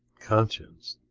conscience,